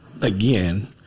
again